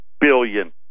billion